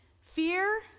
Fear